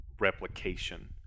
replication